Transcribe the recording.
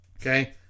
Okay